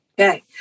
Okay